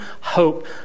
hope